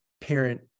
parent